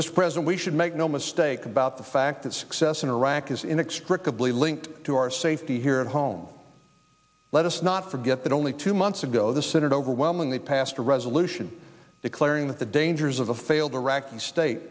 mr president we should make no mistake about the fact that success in iraq is inextricably linked to our safety here at home let us not forget that only two months ago the senate overwhelmingly passed a resolution declaring that the dangers of a failed iraqi state